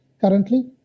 currently